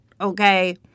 okay